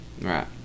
Right